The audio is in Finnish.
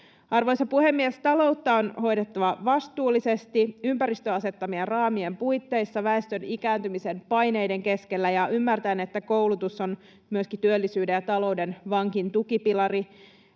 Arvoisa puhemies! Taloutta on hoidettava vastuullisesti ympäristön asettamien raamien puitteissa väestön ikääntymisen paineiden keskellä ja ymmärtäen, että myöskin koulutus on työllisyyden ja talouden vankin tukipilari.